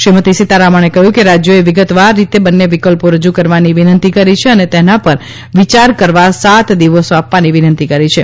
શ્રીમતી સીતારમણે કહ્યું કે રાજ્યોએ વિગતવાર રીતે બંને વિકલ્પો રજૂ કરવાની વિનંતી કરી છે અને તેના પર વિયાર કરવા સાત દિવસો આપવાની વિનંતી કરી છે